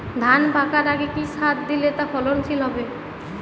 ধান পাকার আগে কি সার দিলে তা ফলনশীল হবে?